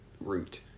route